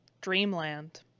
Dreamland